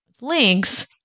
links